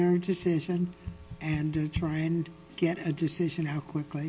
their decision and to try and get a decision how quickly